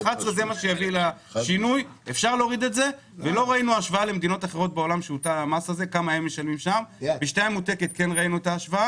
לא ראינו השוואה למדינות אחרות בנושא זה למרות שבשתייה הממותקת ראינו.